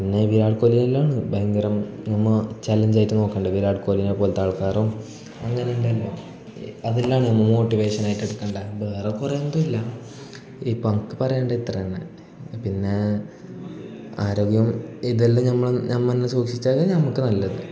പിന്നെ വിരാട് കോഹ്ലിയെല്ലാണ് ഭയങ്കര നമ്മൾ ചലഞ്ചായിട്ട് നോക്കണ്ടെ വിരാട് കോഹ്ലിനെ പോലത്തെ ആൾക്കാരും അങ്ങനുണ്ടല്ലൊ അതെല്ലാമാണ് മുവോട്ടിവേഷനായിട്ട് എടുക്കേണ്ടത് വേറെ കുറെ എന്തോല്ല ഇപ്പോൾ അനക്ക് പറയേണ്ട ഇത്ര തന്നെ പിന്നെ ആരോഗ്യം ഇതെല്ലാം നമ്മൾ നമ്മൾ അന്നെ സൂക്ഷിച്ചാൽ നമുക്ക് നല്ലത്